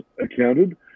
accounted